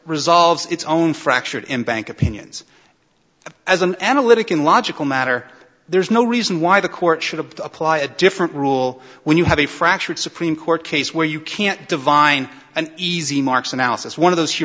resolves its own fractured in bank opinions as an analytic and logical matter there's no reason why the court should have to apply a different rule when you have a fractured supreme court case where you can't divine an easy marks analysis one of those he